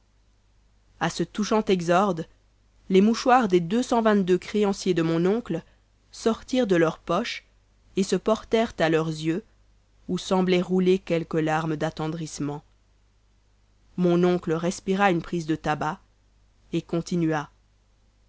a ce touchant exorde les mouchoirs des deux cent vingt-deux créanciers de mon oncle sortirent de leurs poches et se portèrent à leurs yeux où semblaient rouler quelques larmes d'attendrissement mon oncle respira une prise de tabac et continua